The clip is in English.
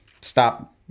stop